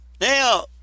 Now